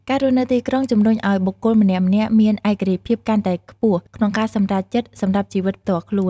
ការរស់នៅទីក្រុងជំរុញឱ្យបុគ្គលម្នាក់ៗមានឯករាជ្យភាពកាន់តែខ្ពស់ក្នុងការសម្រេចចិត្តសម្រាប់ជីវិតផ្ទាល់ខ្លួន។